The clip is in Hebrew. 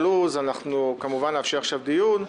כמובן שנאפשר עכשיו דיון,